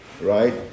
right